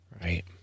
right